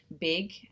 big